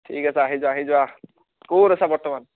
ঠিক আছে আহি যোৱা আহি যোৱা ক'ত আছা বৰ্তমান